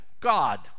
God